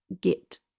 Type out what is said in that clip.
get